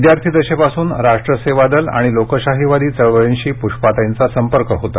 विद्यार्थीदशेपासून राष्ट्र सेवा दल आणि लोकशाहीवादी चळवळींशी पुष्पाताईंचा संपर्क होता